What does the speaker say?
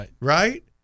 right